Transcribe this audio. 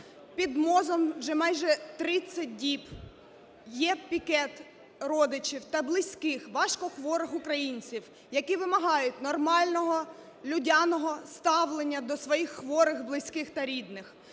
Під МОЗом вже майже 30 діб є пікет родичів та близьких важкохворих українців, які вимагають нормального людяного ставлення до своїх хворих близьких та рідних,